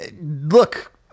look